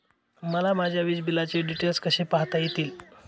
मला माझ्या वीजबिलाचे डिटेल्स कसे पाहता येतील?